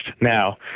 Now